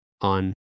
on